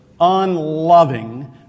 unloving